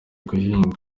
guhinga